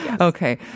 Okay